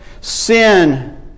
Sin